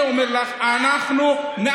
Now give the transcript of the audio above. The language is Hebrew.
אני אומר לך: אנחנו נאתר.